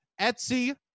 Etsy